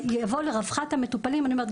ויבוא ולרווחת המטופלים אני אומרת,